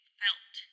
felt